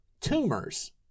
tumors